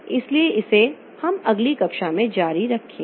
इसलिए हम इसे अगली कक्षा में जारी रखेंगे